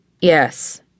Yes